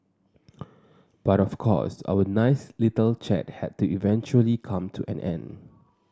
but of course our nice little chat had to eventually come to an end